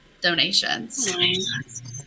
donations